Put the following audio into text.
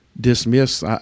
dismiss